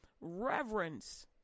reverence